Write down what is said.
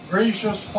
Gracious